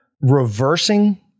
reversing